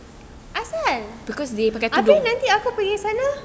apa pasal I think nanti aku pergi sana